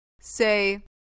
Say